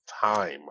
time